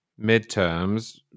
midterms